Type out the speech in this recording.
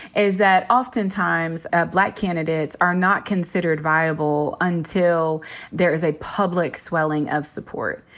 is that often times ah black candidates are not considered viable until there is a public swelling of support,